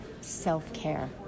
self-care